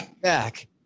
Back